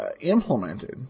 implemented